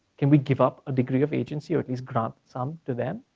can we give up a degree of agency, or at least grant some to them?